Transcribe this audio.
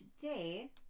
Today